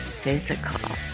Physical